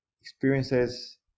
experiences